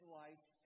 life